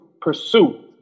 pursue